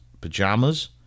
pajamas